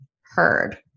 heard